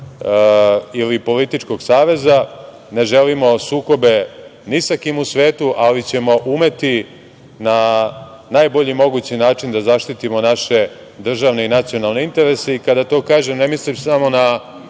ili političkog saveza, ne želimo sukobe ni sa kim u svetu, ali ćemo umeti na najbolji mogući način da zaštitimo naše državne i nacionalne interese. Kada to kažem, ne mislim samo na